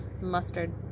Mustard